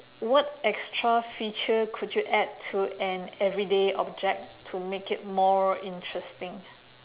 what extra feature could you add to an everyday object to make it more interesting